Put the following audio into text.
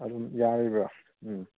ꯑꯗꯨꯝ ꯌꯥꯔꯤꯕ꯭ꯔꯥ ꯎꯝ